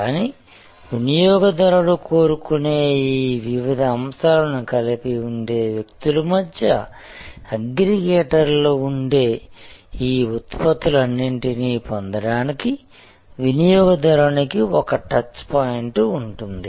కానీ వినియోగదారుడు కోరుకునే ఈ వివిధ అంశాలను కలిపి ఉండే వ్యక్తుల మధ్య అగ్రిగేటర్ల ఉంటే ఈ ఉత్పత్తులన్నింటినీ పొందడానికి వినియోగదారునికి ఒక టచ్ పాయింట్ ఉంటుంది